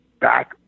back